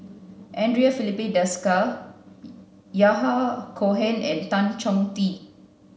Andre Filipe Desker Yahya Cohen and Tan Chong Tee